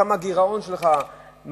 כמה הגירעון שלך,